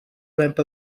ramp